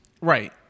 Right